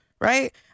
Right